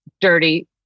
Dirty